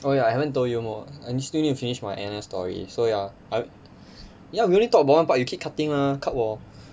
oh ya I haven't told more I still need to finish my N_S story so ya I ya we only talk about one part you keep cutting mah cut 我